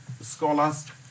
scholars